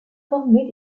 formés